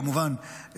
כמובן,